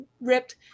ripped